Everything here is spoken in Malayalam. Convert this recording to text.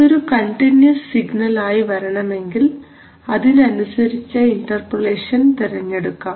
അതൊരു കണ്ടിന്യൂസ് സിഗ്നൽ ആയി വരണമെങ്കിൽ അതിനനുസരിച്ച ഇന്റർപൊളേഷൻ തെരഞ്ഞെടുക്കാം